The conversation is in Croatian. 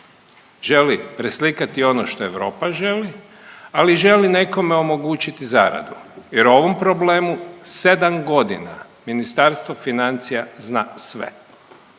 želi preslikati ono što Europa želi, ali želi nekome omogućiti zaradu jer o ovom problemu 7 godina Ministarstvo financija zna sve.